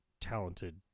talented